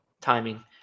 timing